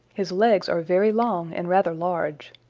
his legs are very long and rather large.